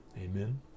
Amen